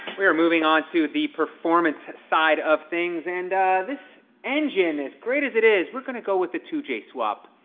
we are moving on to the performance side of things. and this engine is great as it is, we're gonna go with the two j swap.